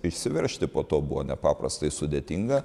išsiveržti po to buvo nepaprastai sudėtinga